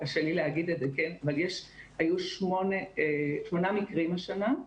קשה לי להגיד את זה, אבל היו שמונה מקרים השנה.